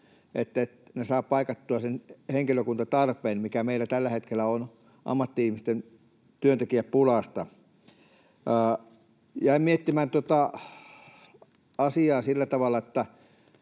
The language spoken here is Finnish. että he saavat paikattua sen henkilökuntatarpeen, mikä meillä tällä hetkellä on ammatti-ihmisten työntekijäpulasta. Jäin miettimään tuota asiaa sillä tavalla, että